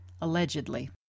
allegedly